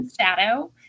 shadow